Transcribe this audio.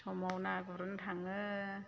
समाव ना गुरनो थाङो